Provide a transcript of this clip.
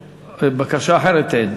בקשה אחרת אין.